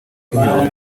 riyobowe